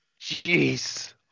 Jeez